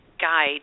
Guide